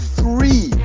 three